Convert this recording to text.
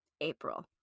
April